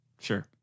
Sure